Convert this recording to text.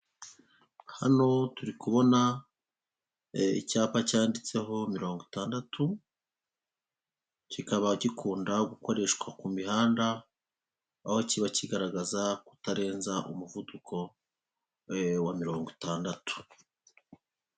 Hano turi kubona icyapa cyanditseho mirongo itandatu kikaba gikunda gukoreswa ku mihanda aho kiba kigaragaza kutarenza umuvuduko wa mirongo itandatu.